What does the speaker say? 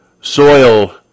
soil